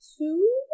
two